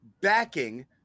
backing